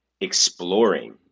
exploring